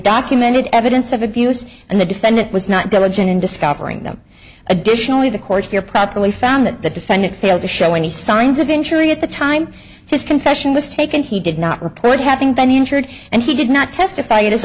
documented evidence of abuse and the defendant was not diligent in discovering them additionally the court here properly found that the defendant failed to show any signs of injury at the time his confession was taken he did not report having been injured and he did not testify in his